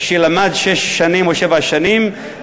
שלמד שש שנים או שבע שנים,